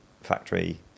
factory